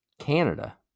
Canada